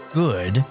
good